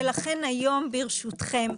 ולכן היום, ברשותכם,